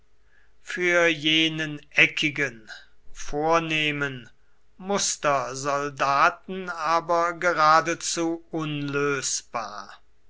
für jenen eckigen vornehmen mustersoldaten aber geradezu unlösbar